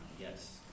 yes